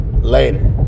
Later